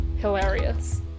Hilarious